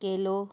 केलो